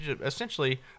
essentially